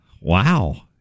Wow